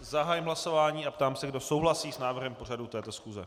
Zahájím hlasování a ptám se, kdo souhlasí s návrhem pořadu této schůze.